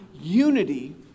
unity